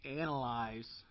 analyze